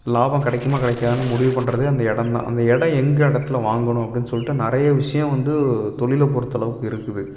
லாபம் கிடைக்குமா கிடைக்கா தான் முடிவு பண்ணுறதே அந்த எடம் தான் அந்த எடம் எங்கள் இடத்துல வாங்கணும் அப்படின் சொல்லிட்டு நிறைய விஷியம் வந்து தொழிலை பொறுத்த அளவுக்கு இருக்குது